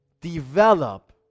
Develop